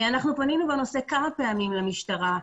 אנחנו פנינו בנושא כמה פעמים למשטרה.